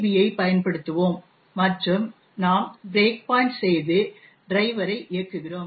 B ஐப் பயன்படுத்துவோம் மற்றும் நாம் பிரேக் பாயிண்ட் செய்து டிரைவரை இயக்குகிறோம்